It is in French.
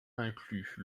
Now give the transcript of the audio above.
incluent